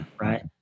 right